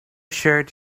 shared